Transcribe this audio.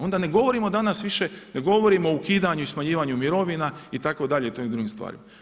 Onda ne govorimo danas više, ne govorimo o ukidanju i smanjivanju mirovina itd., i tim drugim stvarima.